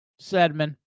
Sedman